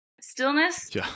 Stillness